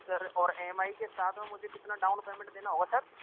sir और M I के साथ में मुझे कितना डाउन पेमेंट देना होगा सर